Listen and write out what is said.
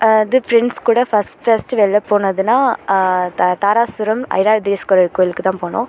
அது ஃப்ரெண்ட்ஸ் கூட first first வெளில போனதுனால் தா தாராசுரம் ஐராதீஸ்வரர் கோயிலுக்கு தான் போனோம்